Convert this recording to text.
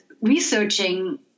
researching